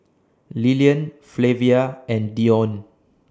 Lilian Flavia and Dione